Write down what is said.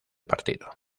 partido